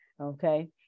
Okay